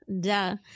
Duh